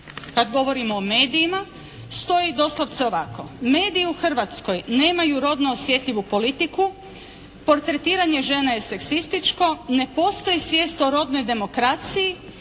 kad govorimo o medijima stoji doslovce ovako: "Mediji u Hrvatskoj nemaju rodno osjetljivu politiku, portretiranje žena je seksističko, ne postoji svijest o rodnoj demokraciji,